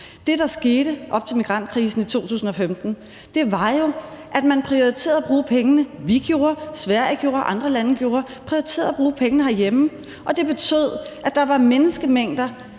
Det, der skete op til migrantkrisen i 2015, var jo, at man prioriterede at bruge pengene herhjemme – det gjorde vi, det gjorde Sverige, det gjorde andre lande. Og det betød, at der var menneskemængder,